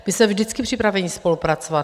My jsme vždycky připraveni spolupracovat.